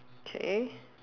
K